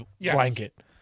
blanket